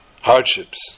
hardships